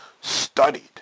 studied